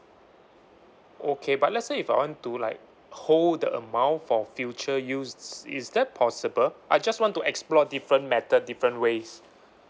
okay but let's say if I want to like hold the amount for future use is that possible I just want to explore different method different ways